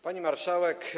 Pani Marszałek!